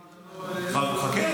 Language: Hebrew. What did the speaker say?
שהוא --- חכה,